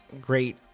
great